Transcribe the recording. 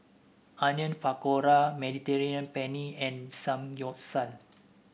Onion Pakora Mediterranean Penne and Samgyeopsal